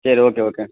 சரி okay okay